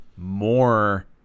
more